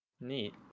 neat